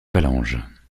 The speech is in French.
phalanges